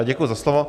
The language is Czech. Děkuji za slovo.